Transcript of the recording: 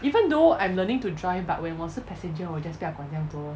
even though I'm learning to drive but when 我是 passenger 我 just 不要管这样多